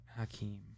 Hakim